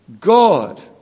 God